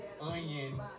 onion